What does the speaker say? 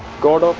gold